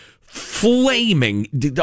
flaming